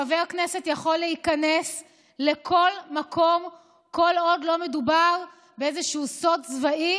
חבר כנסת יכול להיכנס לכל מקום כל עוד לא מדובר באיזשהו סוד צבאי